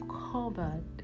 covered